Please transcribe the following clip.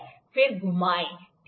फिर घुमाओ ठीक है